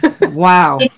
Wow